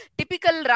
typical